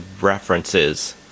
references